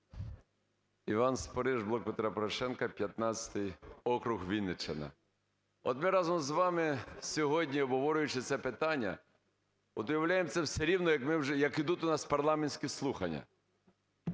Іван Спориш, "Блок Петра Порошенка", 15 округ, Вінниччина. От ми разом з вами сьогодні, обговорюючи це питання, удивляємося все рівно, як йдуть у нас парламентські слухання.